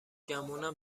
گمونم